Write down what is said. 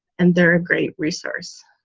and they're a great resource.